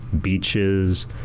beaches